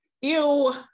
Ew